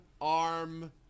arm